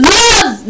love